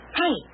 hey